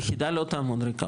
יחידה לא תעמוד ריקה,